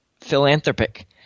philanthropic